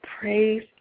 Praise